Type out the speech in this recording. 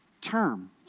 term